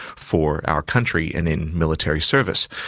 for our country and in military service.